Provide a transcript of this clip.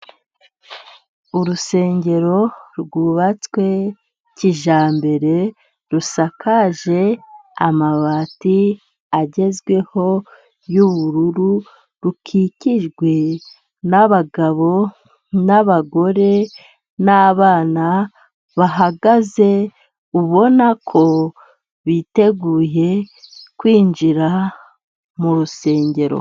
Urusengero rwubatswe kijyambere rusakajwe amabati agezweho y'ubururu. Rukikijwe n'abagabo n'abagore n'abana. Bahagaze ubona ko biteguye kwinjira mu rusengero.